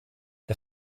der